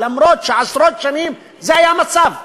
למרות שעשרות שנים זה היה המצב.